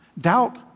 Doubt